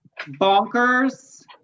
bonkers